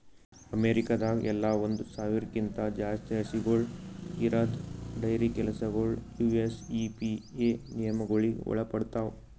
ಅಮೇರಿಕಾದಾಗ್ ಎಲ್ಲ ಒಂದ್ ಸಾವಿರ್ಕ್ಕಿಂತ ಜಾಸ್ತಿ ಹಸುಗೂಳ್ ಇರದ್ ಡೈರಿ ಕೆಲಸಗೊಳ್ ಯು.ಎಸ್.ಇ.ಪಿ.ಎ ನಿಯಮಗೊಳಿಗ್ ಒಳಪಡ್ತಾವ್